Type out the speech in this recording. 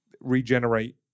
regenerate